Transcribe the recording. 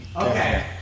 Okay